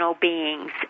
beings